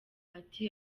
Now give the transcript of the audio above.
ati